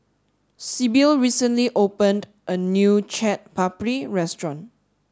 Sibyl recently opened a new Chaat Papri restaurant